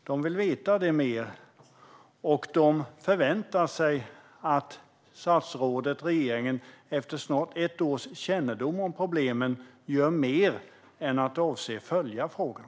De vill veta det, och de förväntar sig att statsrådet och regeringen efter snart ett års kännedom om problemen gör mer än att säga att de avser att följa frågan.